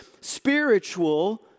spiritual